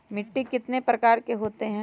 मिट्टी कितने प्रकार के होते हैं?